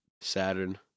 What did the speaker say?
Saturn